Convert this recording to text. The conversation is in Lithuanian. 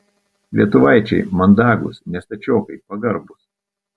lietuvaičiai mandagūs ne stačiokai pagarbūs